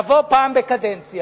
נבוא פעם בקדנציה,